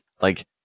Like-